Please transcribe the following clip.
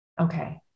Okay